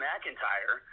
McIntyre